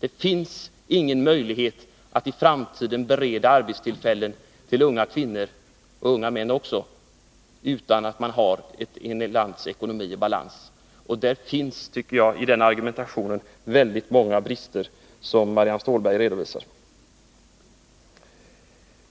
Om så inte är förhållandet, finns det ingen möjlighet att i framtiden bereda arbetstillfällen vare sig för unga kvinnor eller ens för unga män. Jag tycker att det finns många brister i den argumentation som Marianne Stålberg redovisar.